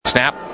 Snap